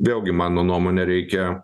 vėlgi mano nuomone reikia